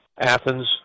Athens